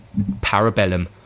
Parabellum